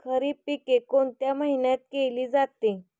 खरीप पिके कोणत्या महिन्यात केली जाते?